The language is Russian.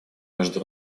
между